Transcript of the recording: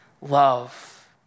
love